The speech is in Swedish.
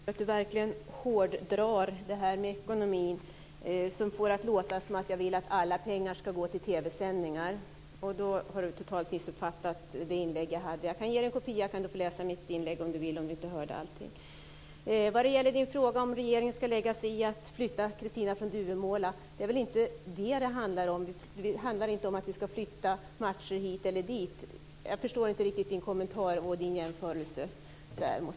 Fru talman! Jag tycker att Per Unckel hårdrar frågan om ekonomin och får det att låta som om jag vill att alla pengarna skall gå till TV-sändningar. Då har Per Unckel totalt missuppfattat mitt inlägg. Jag kan ge Per Unckel en kopia så att han kan läsa mitt inlägg. När det gäller frågan om regeringen skall lägga sig i flyttningen av Kristina från Duvemåla, vill jag säga att det inte är det det handlar om. Det handlar inte om att vi skall flytta matcher hit eller dit. Jag förstår inte riktigt jämförelsen.